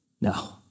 No